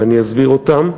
ואני אסביר אותם.